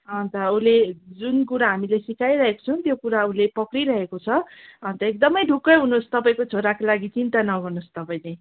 अन्त उसले जुन कुरा हामीले सिकाइरहेको छौँ त्यो कुरा उसले पक्रिरहेको छ अन्त एकदमै ढुक्कै हुनुहोस् तपाईँको छोराको लागि चिन्ता नगर्नुहोस् तपाईँ चाहिँ